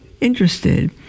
interested